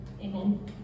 Amen